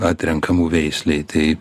atrenkamų veislei tai